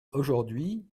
aujourd’hui